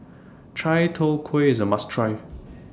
Chai Tow Kuay IS A must Try